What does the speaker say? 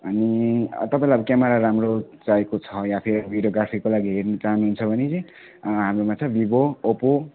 अनि तपाईँलाई अब क्यामरा राम्रो चाहिएको छ या भिडियोग्राफीको लागि हेर्नु चाहनुहुन्छ भने चाहिँ हाम्रोमा छ भिभो ओप्पो